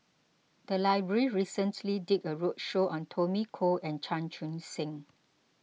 the library recently did a roadshow on Tommy Koh and Chan Chun Sing